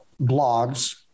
blogs